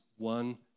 one